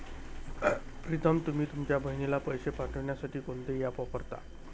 प्रीतम तुम्ही तुमच्या बहिणीला पैसे पाठवण्यासाठी कोणते ऍप वापरता?